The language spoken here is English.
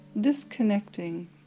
disconnecting